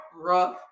rough